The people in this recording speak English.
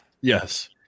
Yes